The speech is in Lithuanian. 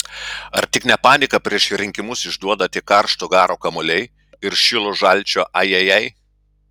ar tik ne paniką prieš rinkimus išduoda tie karšto garo kamuoliai ir šilo žalčio ajajai